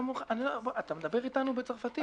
אתה מדבר איתנו בצרפתית?